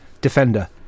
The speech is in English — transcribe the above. defender